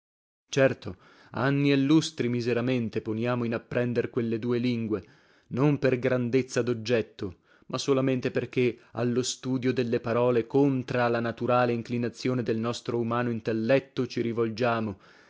certo anni e lustri miseramente poniamo in apprender quelle due lingue non per grandezza doggetto ma solamente perché allo studio delle parole contra la naturale inclinazione del nostro umano intelletto ci rivolgiamo